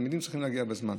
התלמידים צריכים להגיע בזמן.